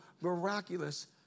miraculous